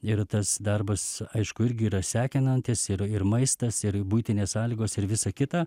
ir tas darbas aišku irgi yra sekinantis ir ir maistas ir buitinės sąlygos ir visa kita